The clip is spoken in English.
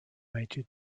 major